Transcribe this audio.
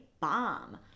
bomb